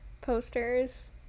posters